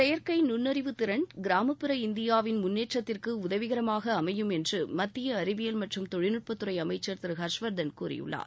செயற்கை நுண்ணறிவு திறன் கிராமப்புற இந்தியாவின் முன்னேற்றத்திற்கு உதவிகரமாக அமையும் என்று மத்திய அறிவியல் மற்றும் தொழில்நுட்பத்துறை அமைச்சர் திரு ஹர்ஷ்வர்தன் கூறியுள்ளார்